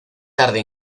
tarde